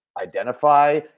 identify